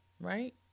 right